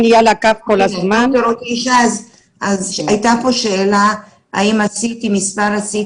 הייתה פה שאלה האם מספר ה-CT